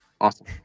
Awesome